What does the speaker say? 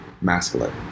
masculine